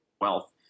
wealth